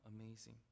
amazing